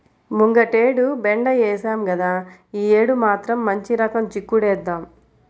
ముంగటేడు బెండ ఏశాం గదా, యీ యేడు మాత్రం మంచి రకం చిక్కుడేద్దాం